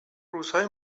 روزهای